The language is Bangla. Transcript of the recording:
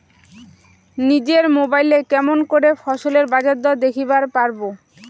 নিজের মোবাইলে কেমন করে ফসলের বাজারদর দেখিবার পারবো?